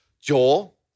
Joel